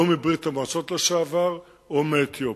או מברית-המועצות לשעבר או מאתיופיה,